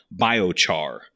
biochar